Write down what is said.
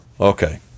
okay